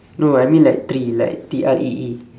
no I mean like tree like T R E E